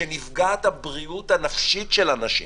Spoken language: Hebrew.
כשנפגעת הבריאות הנפשית של אנשים,